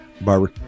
Barbara